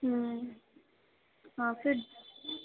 ਹੁੰ ਹਾਂ ਫਿਰ